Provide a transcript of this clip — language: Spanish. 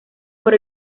por